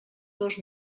dos